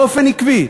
באופן עקבי.